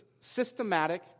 systematic